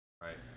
Right